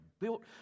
built